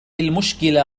المشكلة